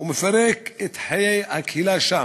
ומפרק את חיי הקהילה שלהם.